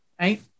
right